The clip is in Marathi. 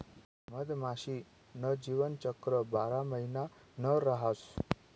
मधमाशी न जीवनचक्र बारा महिना न रहास